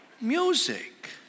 music